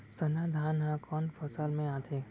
सरना धान ह कोन फसल में आथे?